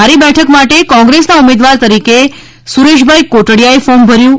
ધારી બેઠક માટે કોંગ્રેસના ઉમેદવાર તરીકે સુરેશભાઈ કોટડીયા એ ફોર્મ ભર્યું છે